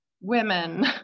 women